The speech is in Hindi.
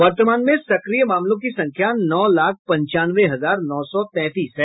वर्तमान में सक्रिय मामलों की संख्या नौ लाख पंचानवे हजार नौ सौ तैंतीस है